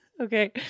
Okay